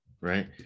right